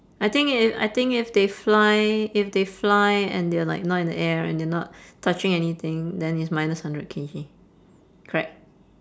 I think if I think if they fly if they fly and they're like not in the air and they're not touching anything then it's minus hundred k g correct